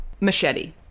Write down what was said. Machete